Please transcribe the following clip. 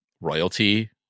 royalty